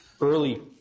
early